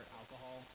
alcohol